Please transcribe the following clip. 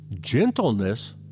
gentleness